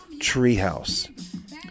treehouse